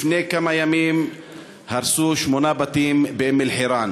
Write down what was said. לפני כמה ימים הרסו שמונה בתים באום-אלחיראן